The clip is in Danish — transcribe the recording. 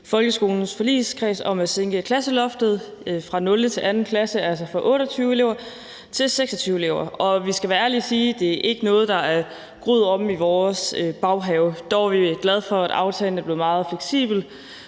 folkeskoleforligskredsen om at sænke klasseloftet fra 0. til 2. klasse, altså fra 28 elever til 26 elever. Vi skal være ærlige at sige, at det ikke er noget, der er groet omme i vores baghave; dog er vi glade for, at aftalen er blevet meget fleksibel,